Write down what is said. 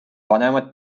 vanemad